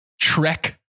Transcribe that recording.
Trek